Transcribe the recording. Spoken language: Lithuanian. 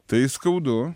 tai skaudu